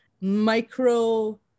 micro